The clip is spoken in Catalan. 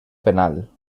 penal